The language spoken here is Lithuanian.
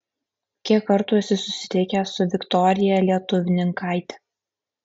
kiek kartų esi susitikęs su viktorija lietuvninkaite